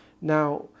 Now